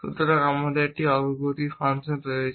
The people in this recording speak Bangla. সুতরাং আমাদের একটি অগ্রগতি ফাংশন রয়েছে